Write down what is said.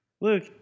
Luke